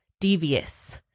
devious